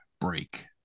break